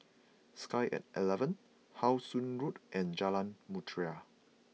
Sky at eleven How Sun Road and Jalan Mutiara